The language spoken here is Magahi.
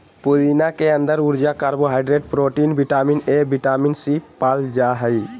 पुदीना के अंदर ऊर्जा, carbohydrate, protein, vitamin A, vitamin C, पाल जा हइ